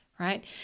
Right